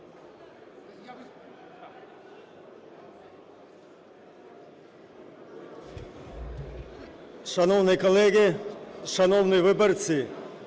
Шановні колеги! Шановні виборці!